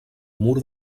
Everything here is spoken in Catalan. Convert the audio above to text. mur